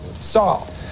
Saul